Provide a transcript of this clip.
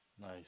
Nice